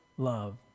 Love